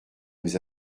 nous